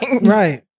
Right